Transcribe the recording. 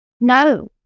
No